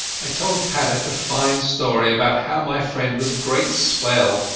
i told paddock a fine story about how my friend was a great swell,